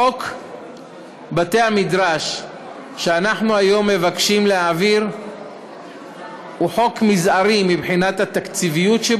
חוק בתי-המדרש שאנחנו היום מבקשים להעביר הוא חוק מזערי מבחינה תקציבית,